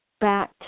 back